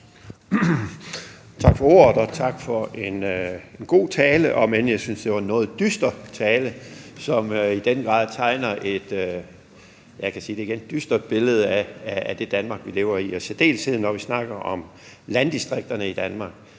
Tak for ordet, og tak for en god tale, om end jeg synes, det var en noget dyster tale, som i den grad tegner et – vil jeg igen sige – dystert billede af det Danmark, vi lever i, og i særdeleshed når vi taler om landdistrikterne i Danmark.